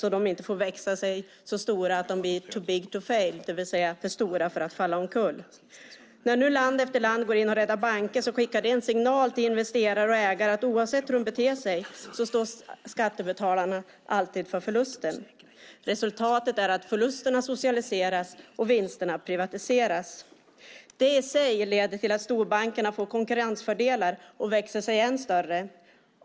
De får inte växa sig så stora att det blir too big to fail, det vill säga för stora för att gå omkull. När land efter land går in och räddar banker skickar det en signal till investerare och ägare att oavsett hur de beter sig står skattebetalarna alltid för förlusten. Resultatet är att förlusterna socialiseras och vinsterna privatiseras. Det i sig leder till att storbankerna får konkurrensfördelar och växer sig ännu större.